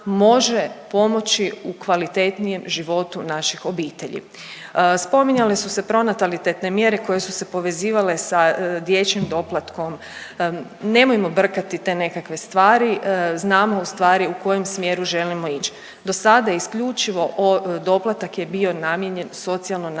može pomoći u kvalitetnijem životu naših obitelji. Spominjale su se pronatalitetne mjere koje su se povezivale sa dječjim doplatkom, nemojmo brkati te nekakve stvari, znamo ustvari u kojem smjeru želimo ići. Do sada si isključivo doplatak je bio namijenjen socijalno